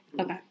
Okay